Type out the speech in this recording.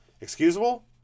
excusable